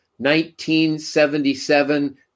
1977